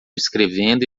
escrevendo